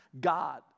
God